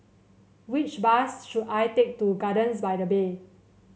which bus should I take to Gardens by the Bay